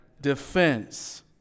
defense